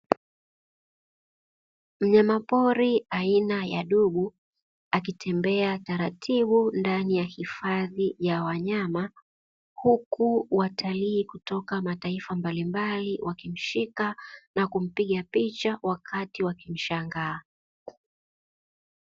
Mnyama pori aina ya dubu, akitembea taratibu ndani ya hifadhi ya wanyama, huku watalii kutoka mataifa mbalimbali wakimshika na kumpiga picha wakati wakimshangaa.